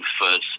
first